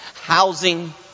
Housing